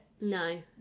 no